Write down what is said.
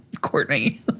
Courtney